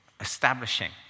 establishing